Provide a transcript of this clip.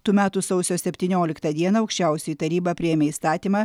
tų metų sausio septynioliktą dieną aukščiausioji taryba priėmė įstatymą